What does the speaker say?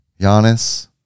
Giannis